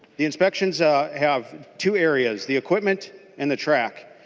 the inspections have two areas. the equipment and the track.